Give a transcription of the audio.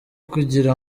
kugira